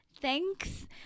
thanks